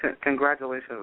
Congratulations